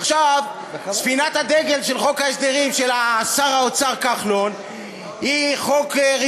עכשיו ספינת האוצר של חוק ההסדרים,